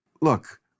look